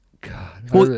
God